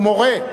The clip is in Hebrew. הוא מורה.